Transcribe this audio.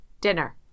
dinner